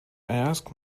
asked